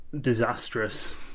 disastrous